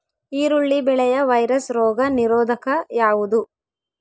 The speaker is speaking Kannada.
ಈರುಳ್ಳಿ ಬೆಳೆಯ ವೈರಸ್ ರೋಗ ನಿರೋಧಕ ಯಾವುದು?